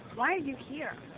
why are you here?